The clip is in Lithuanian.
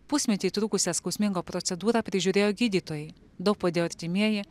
pusmetį trukusią skausmingo procedūrą prižiūrėjo gydytojai daug padėjo artimieji